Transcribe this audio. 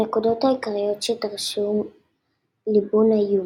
הנקודות העיקריות שדרשו ליבון היו